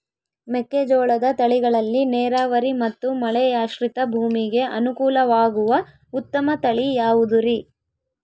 ಮೆಕ್ಕೆಜೋಳದ ತಳಿಗಳಲ್ಲಿ ನೇರಾವರಿ ಮತ್ತು ಮಳೆಯಾಶ್ರಿತ ಭೂಮಿಗೆ ಅನುಕೂಲವಾಗುವ ಉತ್ತಮ ತಳಿ ಯಾವುದುರಿ?